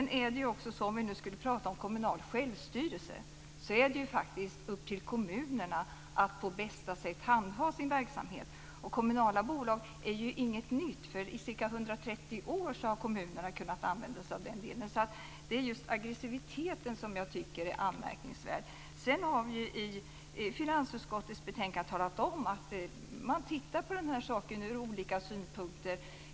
När det gäller den kommunala självstyrelsen är det faktiskt upp till kommunerna att på bästa sätt handha sin verksamhet. Kommunala bolag är inget nytt. I ca 130 år har kommunerna kunnat använda sig av sådana. Det är just aggressiviteten som jag tycker är anmärkningsvärd. Sedan har vi i finansutskottets betänkande talat om att man nu tittar på dessa saker ur olika synvinklar.